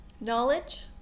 Knowledge